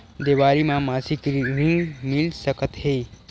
देवारी म मासिक ऋण मिल सकत हे?